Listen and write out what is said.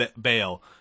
bail